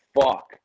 fuck